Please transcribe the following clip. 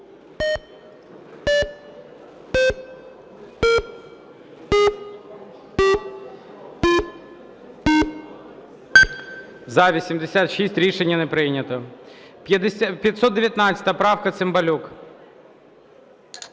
За-86 Рішення не прийнято. 519 правка, Цимбалюк.